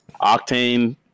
Octane